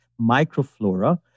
microflora